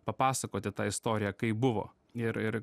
papasakoti tą istoriją kaip buvo ir ir